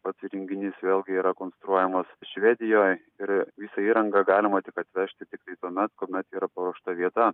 pats įrenginys vėl gi yra konstruojamas švedijoj ir visą įrangą galima tik atvežti tiktai tuomet kuomet yra paruošta vieta